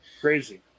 crazy